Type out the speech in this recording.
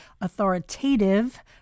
authoritative